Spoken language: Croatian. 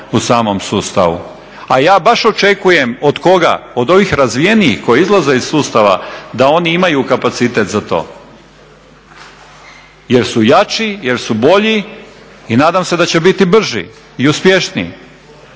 u samom sustavu. A ja baš očekujem od koja od ovih razvijenijih koji izlaze iz sustava da oni imaju kapacitete za to jer su jači, jer su bolji i nadam se da će biti brži i uspješniji,